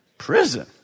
prison